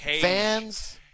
fans